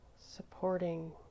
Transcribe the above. supporting